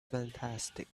fantastic